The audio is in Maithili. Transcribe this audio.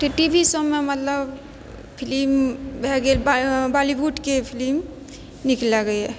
टी वी सबमे मतलब फिल्म भए गेल बॉलीवुडके फिल्म नीक लागैया